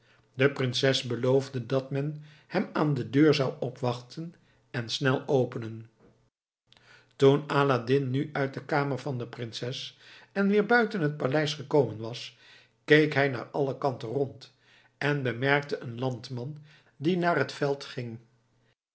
de prinses beloofde dat men hem aan de deur zou opwachten en snel openen toen aladdin nu uit de kamer van de prinses en weer buiten het paleis gekomen was keek hij naar alle kanten rond en bemerkte een landman die naar t veld ging